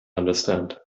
understand